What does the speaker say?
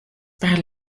per